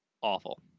awful